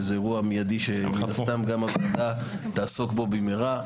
שזה אירוע מיידי שמן הסתם גם הוועדה תעסוק בו במהרה.